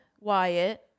wyatt